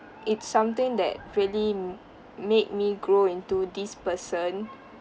it's something that really m~ made me grow into this person